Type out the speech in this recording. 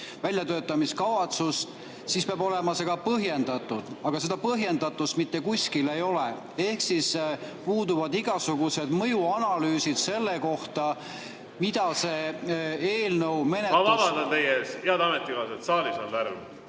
väljatöötamiskavatsust, siis peab see olema ka põhjendatud, aga seda põhjendust mitte kuskil ei ole. Puuduvad igasugused mõjuanalüüsid selle kohta, mida see eelnõu menetlus … Ma vabandan teie ees. Head ametikaaslased, saalis on lärm,